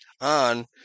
on